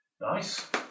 Nice